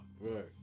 Right